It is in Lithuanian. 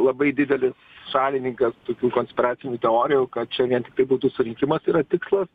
labai didelis šalininkas tokių konspiracinių teorijų kad čia vien tik tai būtų surinkimas yra tikslas